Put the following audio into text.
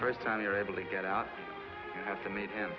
first time you're able to get out